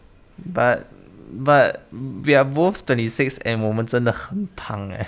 but but we are both twenty six and 我们真的很胖诶